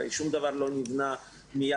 שום דבר לא נבנה מיד,